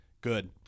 Good